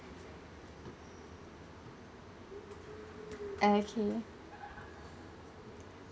okay